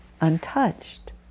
untouched